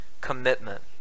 commitment